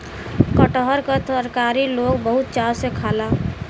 कटहर क तरकारी लोग बड़ी चाव से खाला